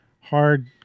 hard